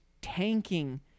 tanking